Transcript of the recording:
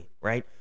right